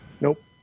Nope